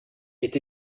est